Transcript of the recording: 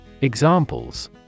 Examples